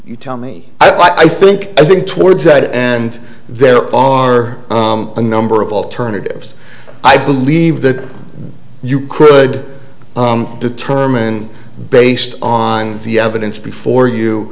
you tell me i think i think towards that and there are a number of alternatives i believe that you could determine based on the evidence before